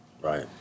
right